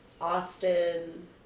Austin